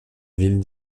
ville